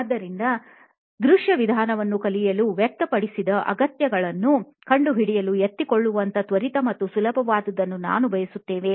ಆದ್ದರಿಂದ ದೃಶ್ಯ ವಿಧಾನವನ್ನು ಕಲಿಯಲು ವ್ಯಕ್ತಪಡಿಸದ ಅಗತ್ಯಗಳನ್ನು ಕಂಡುಹಿಡಿಯಲು ಎತ್ತಿಕೊಳ್ಳುವಂತಹ ತ್ವರಿತ ಮತ್ತು ಸುಲಭವಾದುದ್ದನ್ನು ನಾವು ಬಯಸುತ್ತೇವೆ